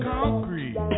Concrete